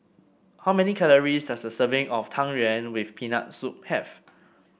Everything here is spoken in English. how many calories does a serving of Tang Yuen with Peanut Soup have